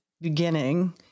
beginning